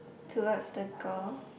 towards the girl